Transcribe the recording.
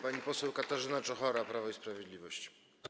Pani poseł Katarzyna Czochara, Prawo i Sprawiedliwość.